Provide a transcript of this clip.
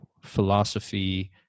philosophy